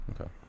Okay